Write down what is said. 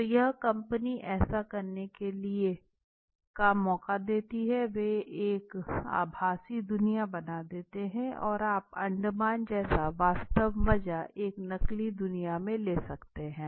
तो यह कंपनी ऐसा करने के लिए का मौका देती हैं वे एक आभासी दुनिया बना देते हैं और आप अंडमान जैसा वास्तव मज़ा एक नकली दुनिया में ले सकते हैं